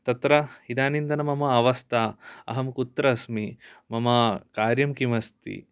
तत्र इदानीन्तन मम अवस्था अहं कुत्र अस्मि मम कार्यं किमस्ति